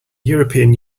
european